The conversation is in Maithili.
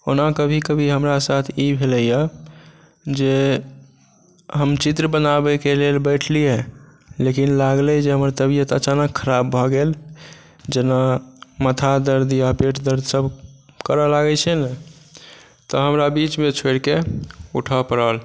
ओना कभी कभी हमरा साथ ई भेलैए जे हम चित्र बनाबैके लेल बैठलिए लेकिन लागलै जे हमर तबियत अचानक खराब भऽ गेल जेना माथा दर्द या पेट दर्द सब करऽ लागै छै ने तऽ हमरा बीचमे छोड़िके उठऽ पड़ल